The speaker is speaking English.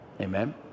Amen